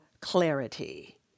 clarity